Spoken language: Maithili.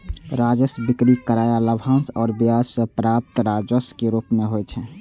राजस्व बिक्री, किराया, लाभांश आ ब्याज सं प्राप्त राजस्व के रूप मे होइ छै